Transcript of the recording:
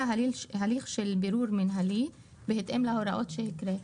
הליך של בירור מינהלי בהתאם להוראות שהקראתי.